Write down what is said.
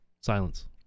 Silence